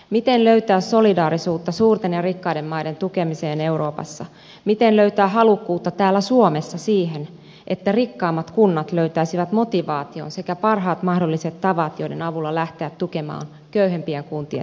miten löytää solidaarisuutta suurten ja rikkaiden maiden tukemiseen euroopassa miten löytää halukkuutta täällä suomessa siihen että rikkaammat kunnat löytäisivät motivaation sekä parhaat mahdolliset tavat joiden avulla lähteä tukemaan köyhempien kuntien selviytymistä